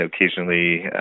occasionally